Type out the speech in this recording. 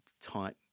tight